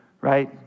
right